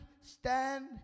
stand